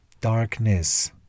darkness